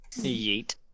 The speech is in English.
Yeet